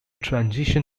transition